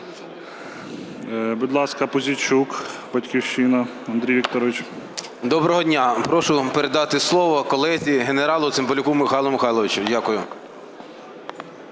Доброго дня. Прошу передати слово колезі генералу Цимбалюку Михайлу Михайловичу. Дякую.